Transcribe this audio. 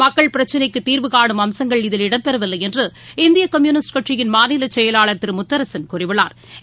மக்கள் பிரச்சினைக்கு தீர்வுகானும் அம்சங்கள் இதில் இடம்பெறவில்லை என்று இந்திய கம்யுனிஸ்ட் கட்சியின் மாநில செயலாளா் திரு முத்தரசன் கூறியுள்ளாா்